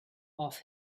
off